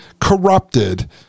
corrupted